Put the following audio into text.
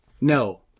No